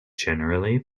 generally